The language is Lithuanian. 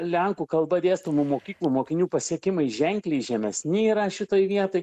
lenkų kalba dėstomų mokyklų mokinių pasiekimai ženkliai žemesni yra šitoj vietoj